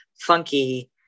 funky